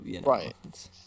Right